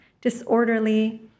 disorderly